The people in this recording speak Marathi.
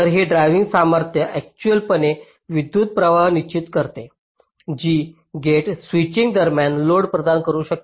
तर ही ड्राइव्ह सामर्थ्य अक्चुअलपणे विद्युत् प्रवाह निश्चित करते जी गेट स्विचिंग दरम्यान लोड प्रदान करू शकते